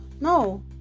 No